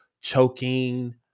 choking